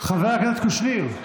קושניר,